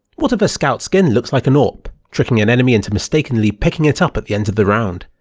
what if a scout skin looks like an awp, tricking an enemy into mistakenly picking it up at the end of the round?